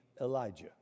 Elijah